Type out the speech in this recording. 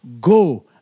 go